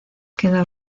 queda